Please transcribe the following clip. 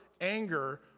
anger